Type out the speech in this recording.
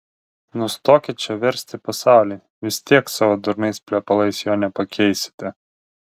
nustokit čia versti pasaulį vis tiek savo durnais plepalais jo nepakeisite